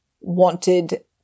wanted